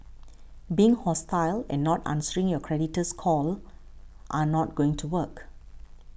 being hostile and not answering your creditor's call are not going to work